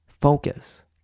focus